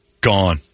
Gone